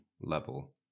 level